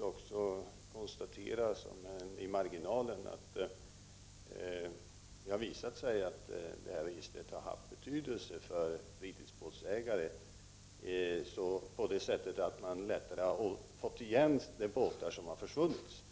också konstatera i marginalen att det har visat sig att det här registret har haft betydelse för fritidsbåtsägare på det sättet att man lättare fått igen båtar som har försvunnit.